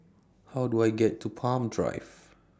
How Do I get to Palm Drive